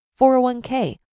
401k